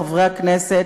חברי הכנסת,